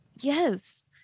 Yes